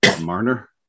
marner